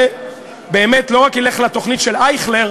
זה באמת לא רק ילך לתוכנית של אייכלר,